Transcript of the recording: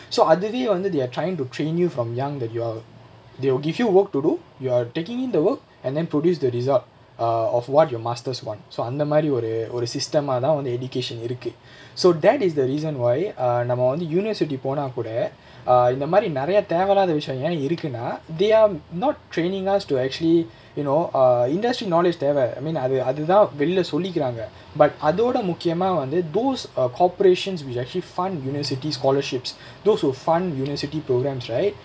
so அதுலயே வந்து:athulayae vanthu they're trying to train you from young that you're you give you work to do you're taking in the work and then producing the result err of what your masters want so அந்தமாரி ஒரு ஒரு:anthamaari oru oru system ah தான் வந்து:thaan vanthu education இருக்கு:irukku so that is the reason why err நம்ம வந்து:namma vanthu university போனா கூட:ponaa kooda err இந்தமாரி நிறையதேவை இல்லாத விஷயம் இருக்குனா:inthaamari niraiya thevai illaatha vishayam irukkunaa they're not training us to actually you know err industry knowledge தேவ:theva I mean அது அதுதா வெளில சொல்லிகுறாங்க:athu athuthaa velila sollikuraanga but அதோட முக்கியமா வந்து:athoda mukkiyamaa vanthu those ah corporation which are actually fund university scholarships those who fund university programmes right